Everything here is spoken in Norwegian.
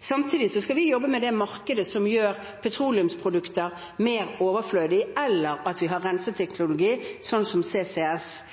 Samtidig skal vi jobbe med det markedet som gjør petroleumsprodukter mer overflødige eller at vi har renseteknologi, som CCS,